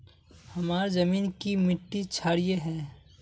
हमार जमीन की मिट्टी क्षारीय है?